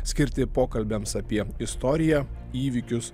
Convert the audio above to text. skirti pokalbiams apie istoriją įvykius